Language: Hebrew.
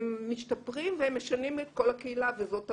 הם משתפרים והם משנים את כל הקהילה וזאת המטרה.